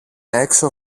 έξω